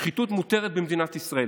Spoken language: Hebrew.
שחיתות מותרת במדינת ישראל.